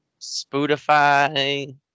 Spotify